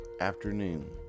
afternoon